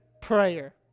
prayer